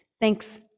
Thanks